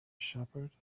shepherd